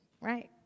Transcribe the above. right